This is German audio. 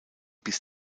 bis